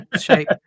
shape